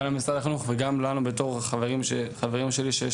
גם למשרד החינוך וגם לנו בתור החברים שחברים שלי שיש